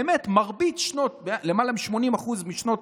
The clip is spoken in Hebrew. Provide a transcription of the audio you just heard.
באמת למעלה מ-80% משנות